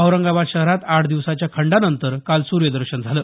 औरंगाबाद शहरात आठ दिवसाच्या खंडानंतर काल सूर्यदर्शन झालं